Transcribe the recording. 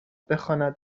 بخواند